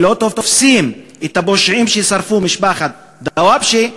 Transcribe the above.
ולא תופסים את הפושעים ששרפו את משפחת דוואבשה,